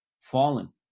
fallen